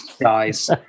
guys